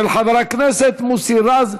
של חבר הכנסת מוסי רז,